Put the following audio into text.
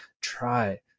Try